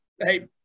hey